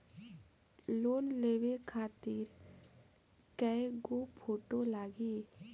Loan लेवे खातिर कै गो फोटो लागी?